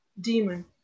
Demon